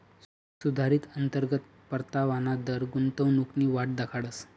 सुधारित अंतर्गत परतावाना दर गुंतवणूकनी वाट दखाडस